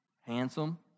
Handsome